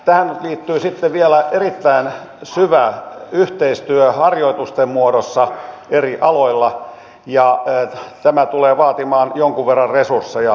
tähän liittyy sitten vielä yhtään pysyvää yhteistyö harjoitusten muodossa eri aloilla ja meidän on todella tehtävä jotakin tälle asialle